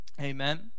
Amen